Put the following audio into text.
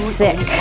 sick